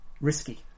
risky